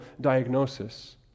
diagnosis